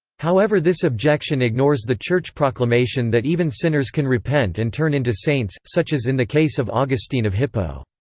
however this objection ignores the church proclamation that even sinners can repent and turn into saints, such as in the case of augustine of hippo.